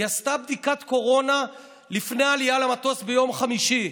היא עשתה בדיקת קורונה לפני העלייה למטוס ביום חמישי,